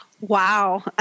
Wow